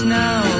now